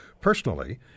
personally